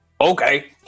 okay